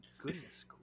Goodness